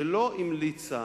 שלא המליצה